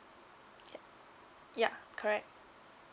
ya ya correct